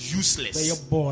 useless